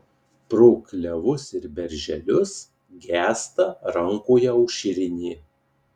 pro klevus ir berželius gęsta rankoje aušrinė